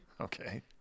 Okay